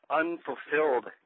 unfulfilled